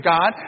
God